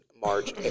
March